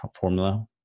formula